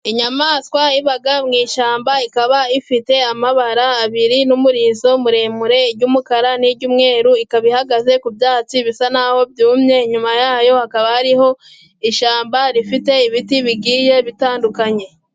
Inyamaswa iba mu ishyamba ,iyo nyamaswa ifite amabara abiri n'umurizo muremure ayo mabara ni: umweru n' umukara iri mu byatsi bisa naho byumye .Inyuma yayo hari ishyamba rifite ibiti bigiye bitandukanye.